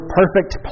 perfect